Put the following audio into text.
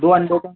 दो अंडों का